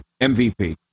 MVP